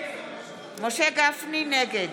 נגד